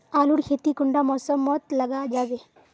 आलूर खेती कुंडा मौसम मोत लगा जाबे?